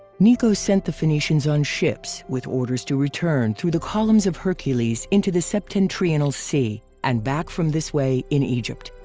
necho sent the phoenicians on ships, with orders to return, through the columns of hercules, into the septentrional sea and back from this way in egypt,